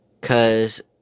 cause